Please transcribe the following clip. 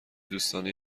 دوستانه